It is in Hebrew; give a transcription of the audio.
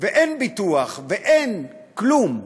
ואין ביטוח ואין כלום,